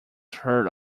heard